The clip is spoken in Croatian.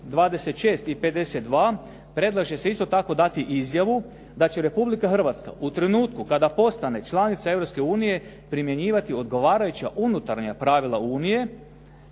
26. i 52. predlaže se isto tako dati izjavu da će Republika Hrvatska u trenutku kada postane članica Europske unije primjenjivati odgovarajuća unutarnja pravila Unije,